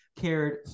cared